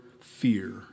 fear